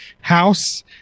house